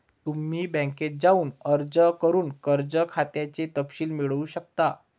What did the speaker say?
तुम्ही बँकेत जाऊन अर्ज करून कर्ज खात्याचे तपशील मिळवू शकता